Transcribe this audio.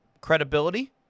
credibility